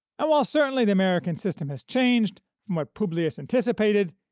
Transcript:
and while certainly the american system has changed from what publius anticipated,